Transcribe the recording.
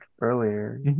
earlier